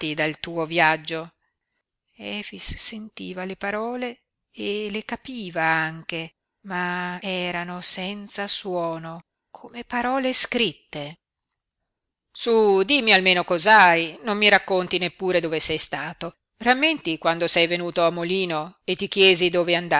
dal tuo viaggio efix sentiva le parole e le capiva anche ma erano senza suono come parole scritte su dimmi almeno cos'hai non mi racconti neppure dove sei stato rammenti quando sei venuto al molino e ti chiesi dove